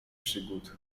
przygód